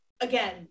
again